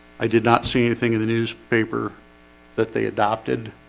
i did not see anything in the newspaper that they adopted